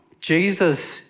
Jesus